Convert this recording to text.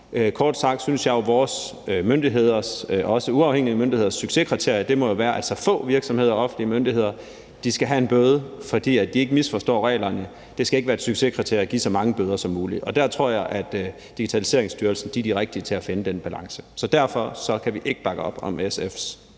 Kort sagt synes jeg jo, at vores myndigheders og også uafhængige myndigheders succeskriterie må være, at så få virksomheder og offentlige myndigheder som muligt skal have en bøde, fordi de ikke forstår reglerne. Det skal ikke være et succeskriterie at give så mange bøder som muligt, og der tror jeg, at Digitaliseringsstyrelsen er de rigtige til at finde den balance. Derfor kan vi ikke bakke op SF's